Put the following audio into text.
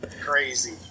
crazy